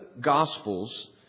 Gospels